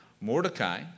Mordecai